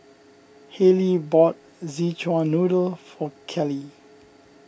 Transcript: Halle bought Szechuan Noodle for Kelley